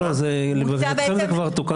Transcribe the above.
זה תוקן.